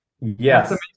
Yes